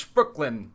Brooklyn